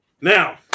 Now